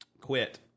Quit